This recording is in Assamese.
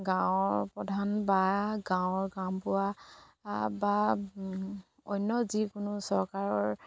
গাঁৱৰ প্ৰধান বা গাঁৱৰ গাঁওবুঢ়া বা অন্য যিকোনো চৰকাৰৰ